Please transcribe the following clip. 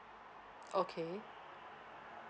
okay